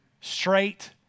straight